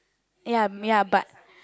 ya ya but